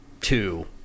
two